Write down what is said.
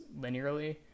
linearly